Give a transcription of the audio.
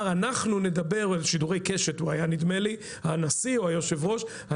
הוא היה הנשיא או היושב-ראש בשידורי קשת